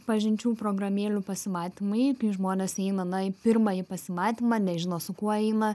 pažinčių programėlių pasimatymai kai žmonės eina na į pirmąjį pasimatymą nežino su kuo eina